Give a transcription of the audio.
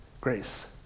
grace